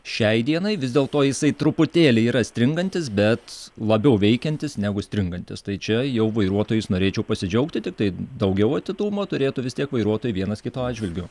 šiai dienai vis dėlto jisai truputėlį yra stringantis bet labiau veikiantis negu stringantis tai čia jau vairuotojais norėčiau pasidžiaugti tiktai daugiau atidumo turėtų vis tiek vairuotojai vienas kito atžvilgiu